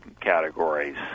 categories